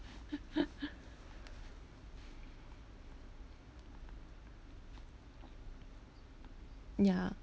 ya